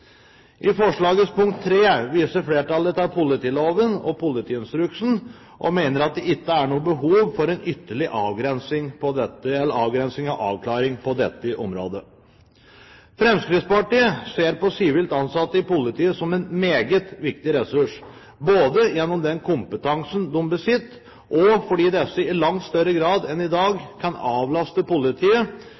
gjelder forslagets III, viser flertallet til politiloven og politiinstruksen og mener at det ikke er noe behov for en ytterligere avgrensing på dette området. Fremskrittspartiet ser på sivilt ansatte i politiet som en meget viktig ressurs både gjennom den kompetansen de besitter, og fordi disse i langt større grad enn i dag kan avlaste politiet